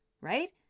right